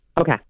Okay